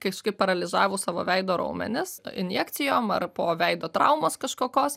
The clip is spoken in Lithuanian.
kažkaip paralyžavus savo veido raumenis injekcijom ar po veido traumos kažkokios